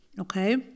Okay